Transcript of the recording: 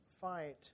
fight